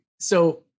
so-